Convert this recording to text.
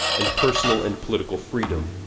and personal and political freedom.